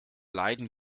leiden